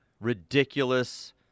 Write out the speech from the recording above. ridiculous